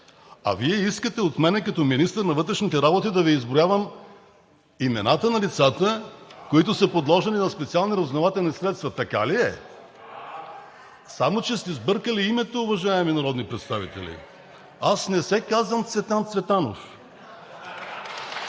а Вие искате от мен като министър на вътрешните работи да Ви изброявам имената на лицата, които са подложени на специални разузнавателни средства. Така ли е? (Реплики от ГЕРБ-СДС: „Да.“) Само че сте сбъркали името, уважаеми народни представители. Аз не се казвам Цветан Цветанов. (Смях